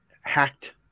hacked